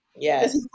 Yes